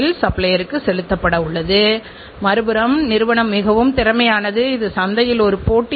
ஏனெனில் Samsung LG மற்றும் Sony போன்ற சிறந்த நிறுவனங்களின் தரமான தயாரிப்பு சந்தையில் வந்துள்ளது